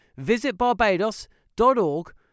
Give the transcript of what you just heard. visitbarbados.org